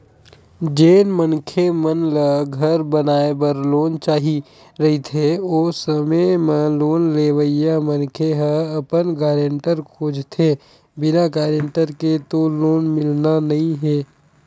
जेन मनखे मन ल घर बनाए बर लोन चाही रहिथे ओ समे म लोन लेवइया मनखे ह अपन गारेंटर खोजथें बिना गारेंटर के तो लोन मिलना नइ हे